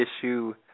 issue